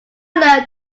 learn